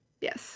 Yes